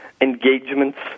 engagements